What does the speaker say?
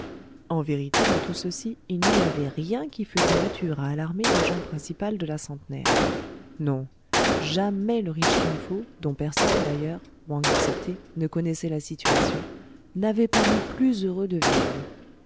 en vérité dans tout ceci il n'y avait rien qui fût de nature à alarmer l'agent principal de la centenaire non jamais le riche kin fo dont personne d'ailleurs wang excepté ne connaissait la situation n'avait paru plus heureux de vivre